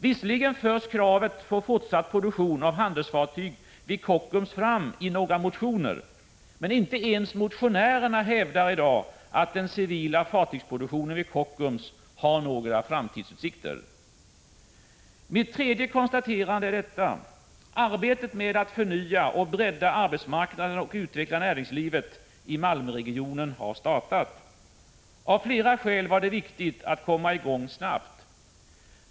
Visserligen förs kravet på fortsatt produktion av handelsfartyg vid Kockums fram i några motioner, men inte ens motionärerna hävdar i dag att den civila fartygsproduktionen vid Kockums har några framtidsutsikter. Mitt tredje konstaterande är detta: Arbetet med att förnya och bredda arbetsmarknaden och utveckla näringslivet i Malmöregionen har startat. Av flera skäl var det viktigt att komma i gång snabbt.